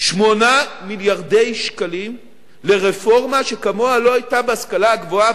8 מיליארדי שקלים לרפורמה שכמוה לא היתה בהשכלה הגבוהה,